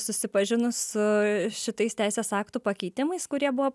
susipažinus su šitais teisės aktų pakeitimais kurie buvo